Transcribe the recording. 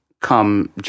come